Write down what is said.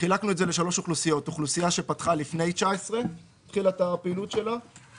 לשלוש אוכלוסיות אוכלוסייה שהתחילה את הפעילות שלה לפני 2019,